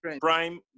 Prime